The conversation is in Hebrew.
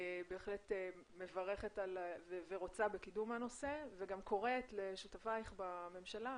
בהחלט מברכת ורוצה בקידום הנושא וגם קוראת לשותפייך בממשלה